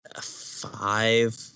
five